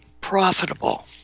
profitable